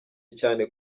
cyane